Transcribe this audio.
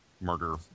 murder